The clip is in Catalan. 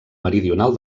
meridional